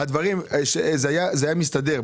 זה היה מסתדר.